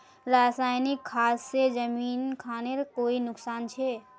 रासायनिक खाद से जमीन खानेर कोई नुकसान छे?